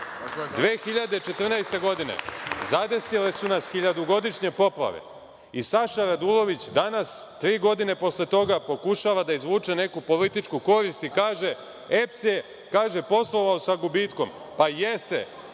2014. zadesile su nas hiljadugodišnje poplave i Saša Radulović danas, tri godine posle toga, pokušava da izvuče neku političku korist i kaže – EPS je poslovao sa gubitkom. Pa jeste,